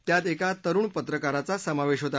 त्यात एका तरुण पत्रकाराचा समावेश होता